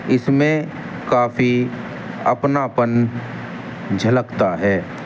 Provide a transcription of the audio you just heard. اس میں کافی اپناپن جھلکتا ہے